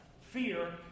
fear